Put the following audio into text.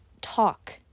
talk